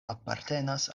apartenas